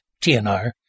TNR